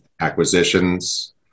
acquisitions